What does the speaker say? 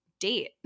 date